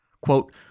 Quote